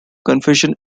confession